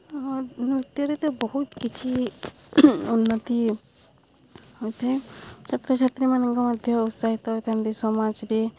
ହଁ ନୃତ୍ୟରେ ତ ବହୁତ କିଛି ଉନ୍ନତି ହୋଇଥାଏ ଛାତ୍ରଛାତ୍ରୀମାନେ ମଧ୍ୟ ଉତ୍ସାହିତ ହୋଇଥାନ୍ତି ସମାଜରେ